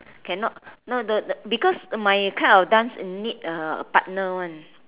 cannot no the because my kind of dance need a partner [one]